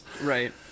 Right